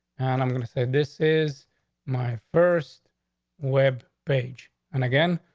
and i'm gonna say this is my first web page and again.